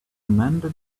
amanda